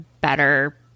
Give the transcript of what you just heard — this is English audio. better